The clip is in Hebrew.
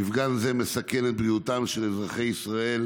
מפגע זה מסכן את בריאותם של אזרחי ישראל